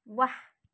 वाह